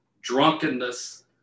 drunkenness